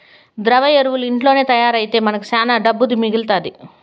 ద్రవ ఎరువులు ఇంట్లోనే తయారైతే మనకు శానా దుడ్డు మిగలుతాది